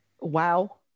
wow